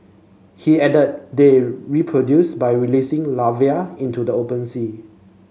he added they reproduce by releasing larvae into the open sea